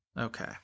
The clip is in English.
Okay